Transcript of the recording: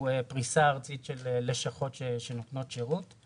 יש לנו פריסה ארצית של לשכות שנותנות שירות,